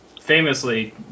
famously